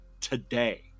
today